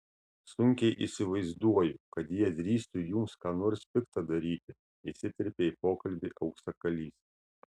sunkiai įsivaizduoju kad jie drįstų jums ką nors pikta daryti įsiterpė į pokalbį auksakalys